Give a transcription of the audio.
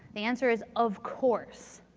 the answer is, of course.